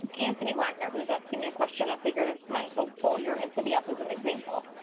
anthony wagner, who's asking me a question. i figured i might as well pull your entity up as an example.